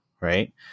right